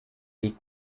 die